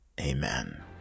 Amen